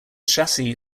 chassis